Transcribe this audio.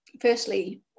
firstly